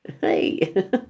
Hey